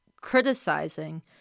criticizing